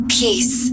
peace